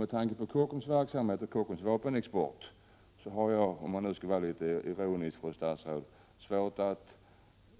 Med tanke på Kockums verksamhet och Kockums vapenexport har jag, om jag nu skall vara litet ironisk mot statsrådet, svårt att